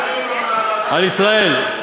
על ישראל.